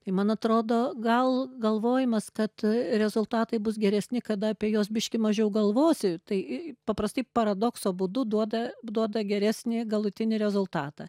tai man atrodo gal galvojimas kad rezultatai bus geresni kada apie juos biškį mažiau galvosi tai paprastai paradokso būdu duoda duoda geresnį galutinį rezultatą